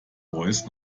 voice